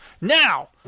Now